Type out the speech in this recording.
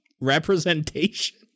representation